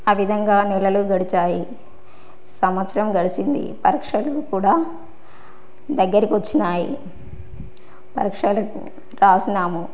ఆ విధంగా నెలలు గడిచాయి సంవత్సరం గడిచింది పరీక్షలు కూడా దగ్గరకు వచ్చినాయి పరీక్షలు రాసినాము